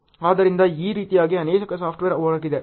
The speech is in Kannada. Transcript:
ಆದ್ದರಿಂದ ಈ ರೀತಿಯಾಗಿ ಅನೇಕ ಸಾಫ್ಟ್ವೇರ್ ಹೊರಗಿದೆ